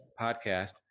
podcast